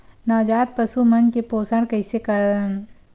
नवजात पशु मन के पोषण कइसे करन?